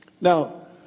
Now